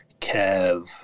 kev